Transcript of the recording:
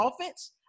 offense